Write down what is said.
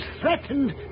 threatened